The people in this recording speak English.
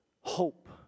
Hope